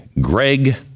Greg